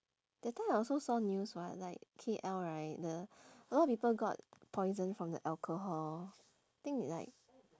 that time I also saw news what like K_L right the a lot of people got poison from the alcohol think like